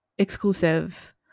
exclusive